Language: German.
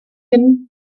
hin